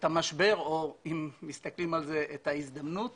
או את ההזדמנות